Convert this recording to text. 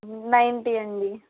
ninety అండి